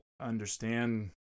understand